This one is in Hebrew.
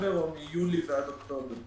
ספטמבר או מיולי עד אוקטובר.